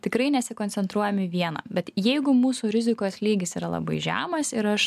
tikrai nesikoncentruojam į vieną bet jeigu mūsų rizikos lygis yra labai žemas ir aš